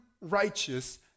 righteous